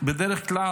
בדרך כלל,